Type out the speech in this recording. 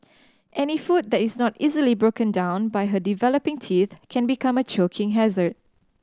any food that is not easily broken down by her developing teeth can become a choking hazard